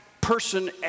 person